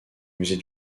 musée